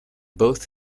both